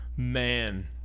Man